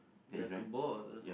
like a ball